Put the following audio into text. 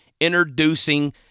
introducing